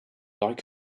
like